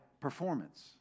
performance